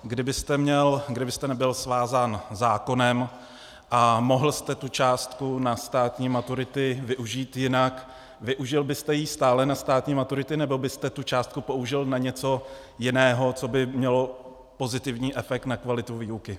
Kdybyste nebyl svázán zákonem a mohl jste tu částku na státní maturity využít jinak, využil byste ji stále na státní maturity, nebo byste tu částku použil na něco jiného, co by mělo pozitivní efekt na kvalitu výuk?